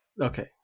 Okay